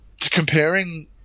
Comparing